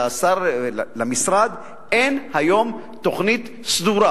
למשרד אין היום תוכנית סדורה